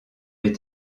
les